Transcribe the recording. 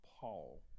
Paul